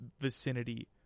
vicinity